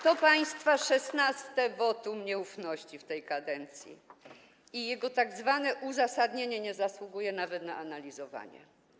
To państwa szesnaste wotum nieufności w tej kadencji i jego tzw. uzasadnienie nie zasługuje nawet na analizowanie.